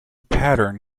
pattern